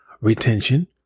retention